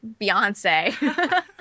Beyonce